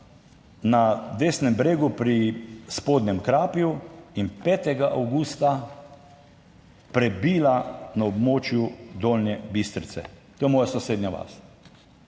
na desnem bregu pri Spodnjem Krapju in 5. avgusta prebila na območju Dolnje Bistrice - to je moja sosednja vas.